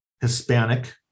Hispanic